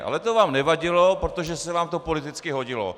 Ale to vám nevadilo, protože se vám to politicky hodilo.